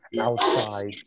outside